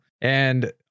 And-